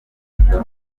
kurushaho